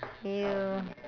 !eww!